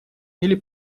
или